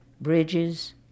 Bridges